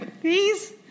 please